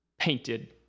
painted